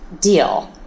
deal